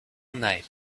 night